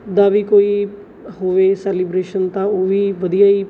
ਦਾ ਵੀ ਕੋਈ ਹੋਵੇ ਸੈਲੀਬਰੇਸ਼ਨ ਤਾਂ ਉਹ ਵੀ ਵਧੀਆ ਹੀ